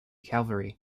cavalry